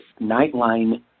Nightline